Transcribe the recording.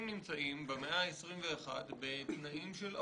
אנשים נמצאים, במאה ה-21 בתנאים של עבדות.